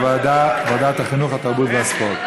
לוועדת החינוך, התרבות והספורט